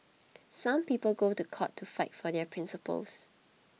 some people go to court to fight for their principles